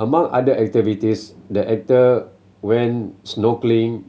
among other activities the actor went snorkelling